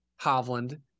Hovland